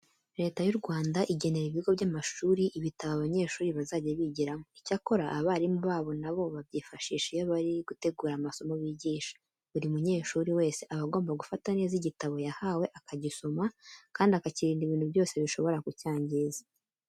Leta y'u Rwanda igenera ibigo by'amashuri ibitabo abanyeshuri bazajya bigiramo. Icyakora, abarimu babo na bo babyifashisha iyo bari gutegura amasomo bigisha. Buri munyeshuri wese aba agomba gufata neza igitabo yahawe, akagisoma, kandi akakirinda ibintu byose bishobora kucyangiza.